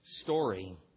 story